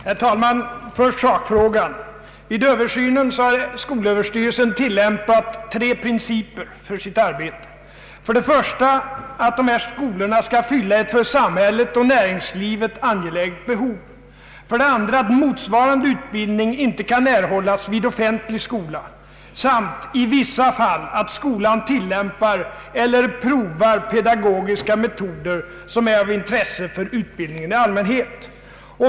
Herr talman! Först vill jag beröra sakfrågan. Vid översynen har skolöverstyrelsen tillämpat tre principer för sitt arbete: för det första att dessa skolor skall fylla ett för samhället och näringslivet angeläget behov, för det andra att motsvarande utbildning inte kan erhållas vid offentlig skola och för det tredje, i vissa fall, att skolan tillämpar eller provar pedagogiska metoder som är av intresse för utbildningen i allmänhet.